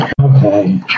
Okay